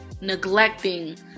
neglecting